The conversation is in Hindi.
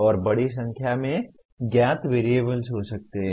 और बड़ी संख्या में ज्ञात वेरिएबल्स हो सकते हैं